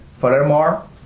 Furthermore